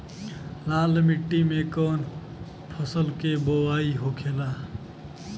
लाल मिट्टी में कौन फसल के बोवाई होखेला?